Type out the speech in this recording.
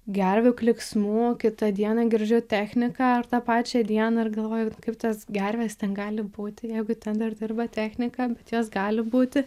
gervių klyksmų kitą dieną girdžiu techniką ar tą pačią dieną ir galvoju kaip tos gervės ten gali būti jeigu ten dar dirba technika bet jos gali būti